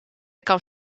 kan